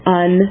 un